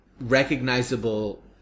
recognizable